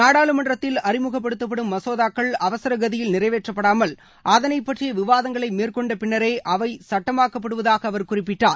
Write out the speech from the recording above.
நாடாளுமன்றத்தில் அறிமுகப்படுத்தப்படும் மசோதாக்கள் அவசரகதியில் நிறைவேற்றப்படாமல் அதனைப் பற்றிய விவாதங்களை மேற்கொண்ட பின்னரே அவை சட்டமாக்கப்படுவதாக அவர் குறிப்பிட்டார்